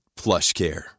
PlushCare